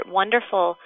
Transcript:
wonderful